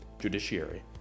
judiciary